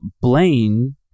Blaine